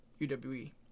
UWE